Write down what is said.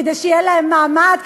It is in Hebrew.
כדי שיהיה להן מעמד,